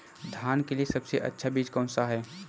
धान के लिए सबसे अच्छा बीज कौन सा है?